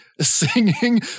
singing